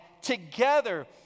together